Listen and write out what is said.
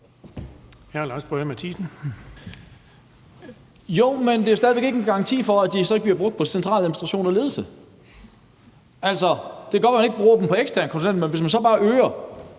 Jo, men det er jo stadig væk ikke en garanti for, at de så ikke bliver brugt på centraladministration og ledelse. Det kan godt være, at man ikke bruger dem på eksterne konsulenter, men hvis man så bare øger